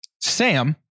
Sam